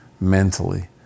mentally